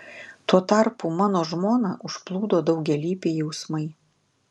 tuo tarpu mano žmoną užplūdo daugialypiai jausmai